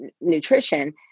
nutrition